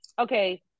okay